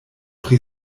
pri